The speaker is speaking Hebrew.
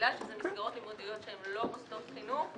שזה מסגרות לימודיות שהן לא מוסדות חינוך.